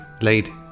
laid